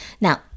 now